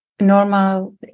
normal